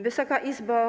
Wysoka Izbo!